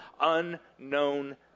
unknown